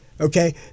okay